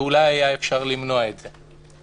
ואולי היה אפשר למנוע את זה.